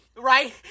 right